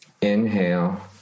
Inhale